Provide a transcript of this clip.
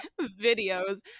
videos